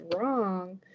wrong